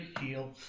heal